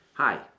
Hi